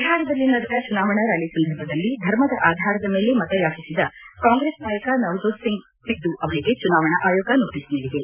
ಬಿಹಾರದಲ್ಲಿ ನಡೆದ ಚುನಾವಣಾ ರ್್ಾಲಿ ಸಂದರ್ಭದಲ್ಲಿ ಧರ್ಮದ ಆಧಾರದ ಮೇಲೆ ಮತ ಯಾಚಿಸಿದ ಕಾಂಗ್ರೆಸ್ ನಾಯಕ ನವಜೋತ್ ಸಿಂಗ್ ಸಿದ್ದು ಅವರಿಗೆ ಚುನಾವಣಾ ಆಯೋಗ ನೋಟೀಸ್ ನೀಡಿದೆ